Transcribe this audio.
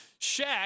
Shaq